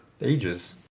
Ages